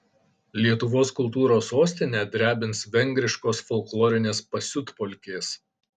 lietuvos kultūros sostinę drebins vengriškos folklorinės pasiutpolkės